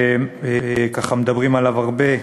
שככה, מדברים עליו הרבה,